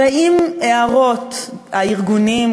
ועם הערות הארגונים,